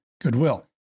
goodwill